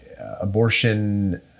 Abortion